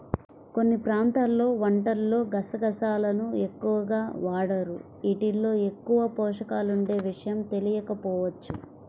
కొన్ని ప్రాంతాల్లో వంటల్లో గసగసాలను ఎక్కువగా వాడరు, యీటిల్లో ఎక్కువ పోషకాలుండే విషయం తెలియకపోవచ్చు